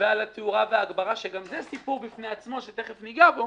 ועל התאורה וההגברה שגם זה סיפור בפני עצמו שתיכף ניגע בו